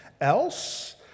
else